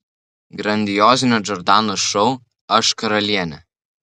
grandiozinio džordanos šou aš karalienė